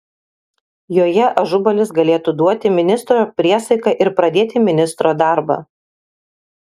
joje ažubalis galėtų duoti ministro priesaiką ir pradėti ministro darbą